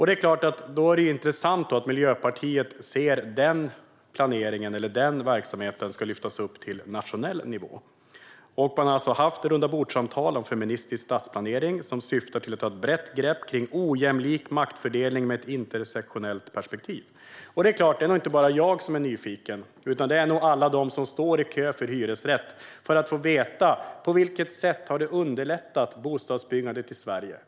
Då är det såklart intressant att Miljöpartiet vill att den planeringen eller den verksamheten ska lyftas upp till nationell nivå. Man har haft rundabordssamtal om feministisk stadsplanering som "syftar till att ta ett brett grepp kring ojämlik maktfördelning med ett intersektionellt perspektiv". Det är nog inte bara jag som är nyfiken, utan det är nog också alla de som står i kö för hyresrätt som vill veta på vilket sätt detta har underlättat bostadsbyggandet i Sverige.